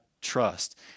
trust